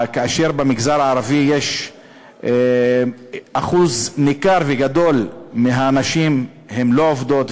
כאשר במגזר הערבי אחוז ניכר וגדול מהנשים לא עובדות,